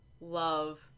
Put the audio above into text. love